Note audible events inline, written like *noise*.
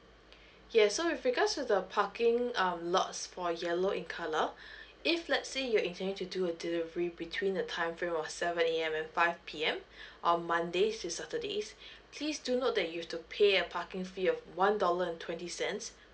*breath* yes so with regards to the parking um lots for yellow in colour *breath* if let say you're intending to do a delivery between the time for seven A_M and five P_M *breath* on mondays to saturdays *breath* please do note that you have to pay a parking fee of one dollar and twenty cents